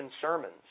sermons